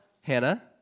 Hannah